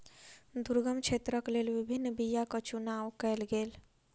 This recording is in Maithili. दुर्गम क्षेत्रक लेल विभिन्न बीयाक चुनाव कयल गेल